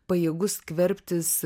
pajėgus skverbtis